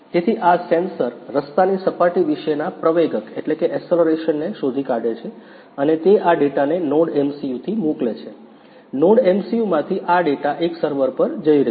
તેથી આ સેન્સર રસ્તાની સપાટી વિશેના પ્રવેગક એસ્સેલેરેશન ને શોધી કાઢે છે અને તે આ ડેટાને NodeMCU થી મોકલે છે NodeMCU માંથી આ ડેટા એક સર્વર પર જઈ રહ્યો છે